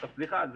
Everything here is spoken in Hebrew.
סליחה,